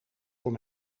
voor